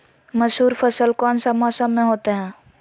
मसूर फसल कौन सा मौसम में होते हैं?